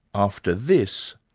after this,